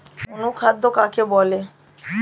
অনুখাদ্য কাকে বলে?